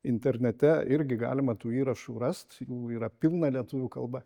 internete irgi galima tų įrašų rast jų yra pilna lietuvių kalba